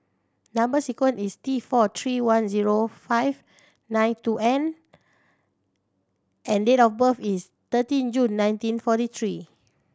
number sequence is T four three one zero five nine two N and date of birth is thirteen June nineteen forty three